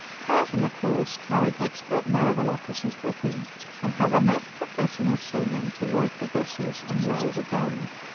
carleton of course carried expert naval officers with him and had enough professional seamen to work the vessels and lay the guns.